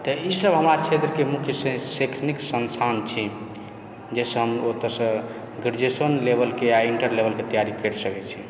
तऽ ई सब हमरा क्षेत्रके मुख्य शैक्षणिक संस्थान छी जाहिसँ हम ओतयसँ ग्रेजुएशन लेवेल आओर इण्टर लेवेलके तैयारी करि सकै छी